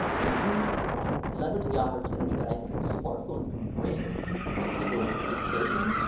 and if you, ah, leverage the opportunity that i think the smartphones can bring to people's participation,